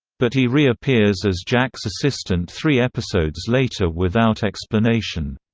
but he reappears as jack's assistant three episodes later without explanation.